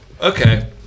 Okay